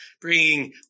bringing